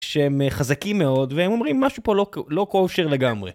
שהם חזקים מאוד, והם אומרים משהו פה לא kosher לגמרי.